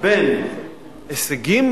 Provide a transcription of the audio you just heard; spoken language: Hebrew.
בין הישגים